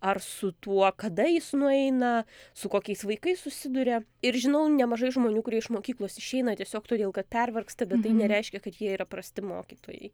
ar su tuo kada jis nueina su kokiais vaikais susiduria ir žinau nemažai žmonių kurie iš mokyklos išeina tiesiog todėl kad pervargsta bet tai nereiškia kad jie yra prasti mokytojai